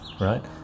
right